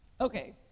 Okay